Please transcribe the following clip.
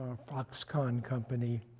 foxconn company